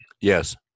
Yes